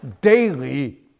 daily